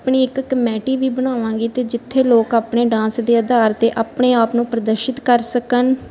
ਆਪਣੀ ਇੱਕ ਕਮੈਟੀ ਵੀ ਬਣਾਵਾਂਗੇ ਅਤੇ ਜਿੱਥੇ ਲੋਕ ਆਪਣੇ ਡਾਂਸ ਦੇ ਆਧਾਰ 'ਤੇ ਆਪਣੇ ਆਪ ਨੂੰ ਪ੍ਰਦਰਸ਼ਿਤ ਕਰ ਸਕਣ